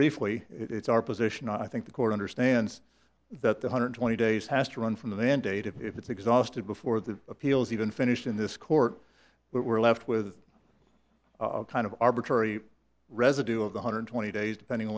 briefly it's our position i think the court understands that the hundred twenty days has to run from the mandate if it's exhausted before the appeals even finished in this court but we're left with a kind of arbitrary residue of the hundred twenty days depending